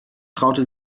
traute